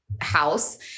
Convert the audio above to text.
house